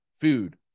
food